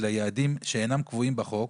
של היעדים שאינם קבועים בחוק,